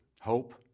hope